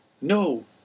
No